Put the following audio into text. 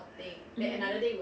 mm